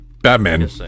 Batman